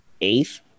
eighth